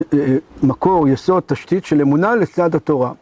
‫מקור, יסוד, תשתית של אמונה ‫לצד התורה.